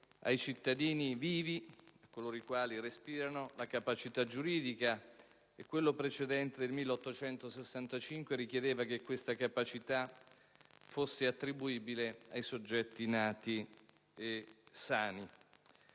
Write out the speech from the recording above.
ai cittadini vivi, a coloro i quali respirano, la capacità giuridica, mentre quello precedente del 1865 stabiliva che questa capacità fosse attribuibile ai soggetti nati e sani.